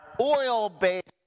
oil-based